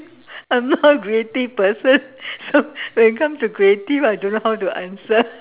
I'm not a creative person so when it comes to creative I don't know how to answer